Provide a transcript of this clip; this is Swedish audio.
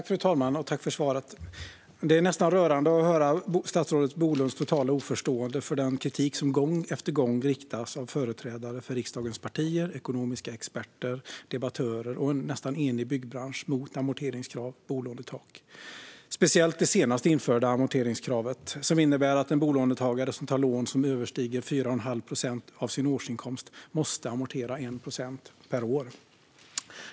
Fru talman! Jag tackar för svaret. Det är nästan rörande att höra statsrådet Bolunds totala oförstående för den kritik som gång efter gång riktas av företrädare för riksdagens partier, ekonomiska experter, debattörer och en nästan enig byggbransch mot amorteringskrav och bolånetak. Det gäller speciellt det senast införda amorteringskravet, som innebär att en bolånetagare som tar lån som överstiger 4 1⁄2 procent av årsinkomsten måste amortera 1 procent per år.